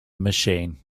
machine